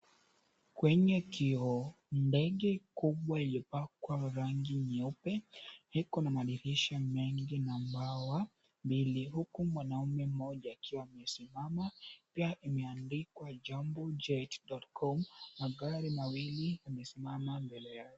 Kwenye kioo, ndege kubwa iliyopakwa rangi nyeupe, iko na madirisha mengi na mbawa mbili huku mwanaume mmoja akiwa amesimama. Pia imeandikwa, Jambojet.com, magari mawili yamesimama mbele yake.